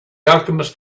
alchemist